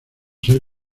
ser